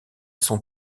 son